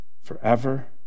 forever